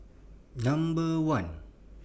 Number one